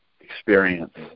experience